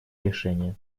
решения